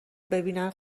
ببینن